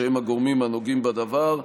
שהם הגורמים הנוגעים בדבר.